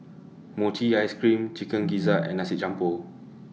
Mochi Ice Cream Chicken Gizzard and Nasi Campur